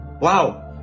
wow